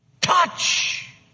Touch